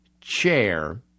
chair